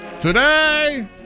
Today